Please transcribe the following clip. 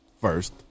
first